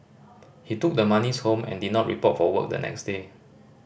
he took the monies home and did not report for work the next day